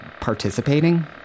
participating